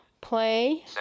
Play